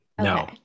No